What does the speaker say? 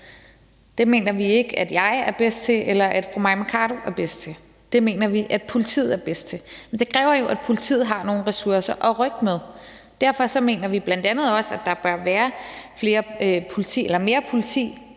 Det mener vi ikke at jeg eller fru Mai Mercado er bedst til. Det mener vi at politiet er bedst til. Men det kræver jo, at politiet har nogle ressourcer at rykke med. Derfor mener vi bl.a. også, at der bør være mere politi og flere